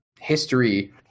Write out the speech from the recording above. history